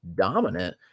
dominant